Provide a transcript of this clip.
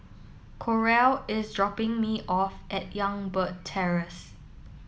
Coral is dropping me off at Youngberg Terrace